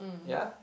ya